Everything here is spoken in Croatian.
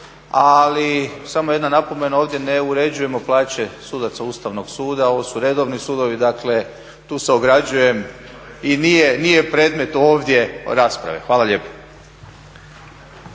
ali samo jedna napomena ovdje ne uređujemo plaće sudaca Ustavnog suda, ovo su redovni sudovi. Dakle tu se ograđujem i nije predmet ovdje rasprave. Hvala lijepo.